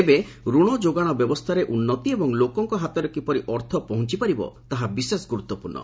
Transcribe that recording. ଏବେ ରଣ ଯୋଗାଣ ବ୍ୟବସ୍ଥାରେ ଉନ୍ନତି ଏବଂ ଲୋକଙ୍କ ହାତରେ କିପରି ଅର୍ଥ ପହଞ୍ଚ ପାରିବ ତାହା ବିଶେଷ ଗୁରୁତ୍ୱପୂର୍ଣ୍ଣ